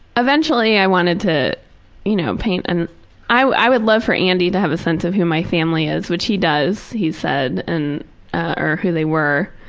eventually i wanted to you know paint and i would love for andy to have a sense of who my family is, which he does, he said, and or who they were,